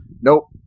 nope